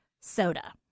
soda